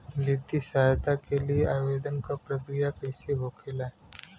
वित्तीय सहायता के लिए आवेदन क प्रक्रिया कैसे होखेला?